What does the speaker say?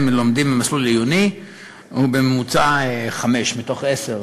לומדים במסלול עיוני הוא בממוצע 5 מתוך 10,